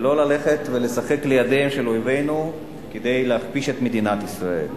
ולא ללכת ולשחק לידיהם של אויבינו כדי להכפיש את מדינת ישראל.